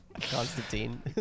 Constantine